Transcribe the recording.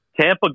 Tampa